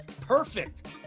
Perfect